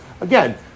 Again